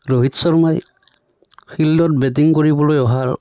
ৰোহিত শৰ্মাই ফিল্ডত বেটিং কৰিবলৈ অহাৰ